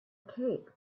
cape